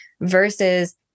versus